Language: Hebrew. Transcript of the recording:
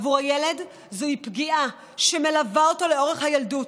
עבור הילד זאת פגיעה שמלווה אותו לאורך הילדות,